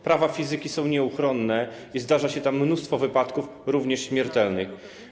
Prawa fizyki są nieuchronne i zdarza się tam mnóstwo wypadków, również śmiertelnych.